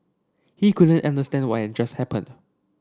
he couldn't understand why had just happened